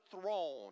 throne